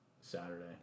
Saturday